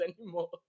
anymore